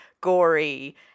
gory